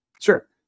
Sure